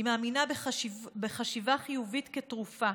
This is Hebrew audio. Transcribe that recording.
היא מאמינה בחשיבה חיובית כתרופה,